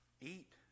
eat